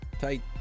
Tight